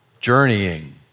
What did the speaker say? journeying